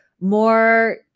more